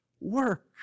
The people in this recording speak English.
work